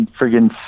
friggin